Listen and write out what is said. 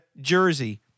Jersey